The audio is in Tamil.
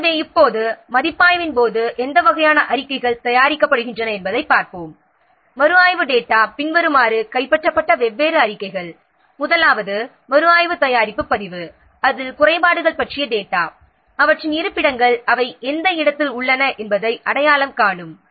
எனவே இப்போது மதிப்பாய்வின் போது எந்த வகையான அறிக்கைகள் தயாரிக்கப்படுகின்றன என்பதைப் பார்ப்போம் மறுஆய்வு டேட்டா பின்வருமாறு கைப்பற்றப்பட்ட வெவ்வேறு அறிக்கைகள் முதலாவது மறுஆய்வு தயாரிப்பு பதிவு அதில் குறைபாடுகள் பற்றிய டேட்டா அவற்றின் இருப்பிடங்கள் அவை எந்த இடத்தில் உள்ளன என்பதை அடையாளம் காணும்